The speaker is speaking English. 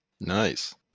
Nice